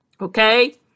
Okay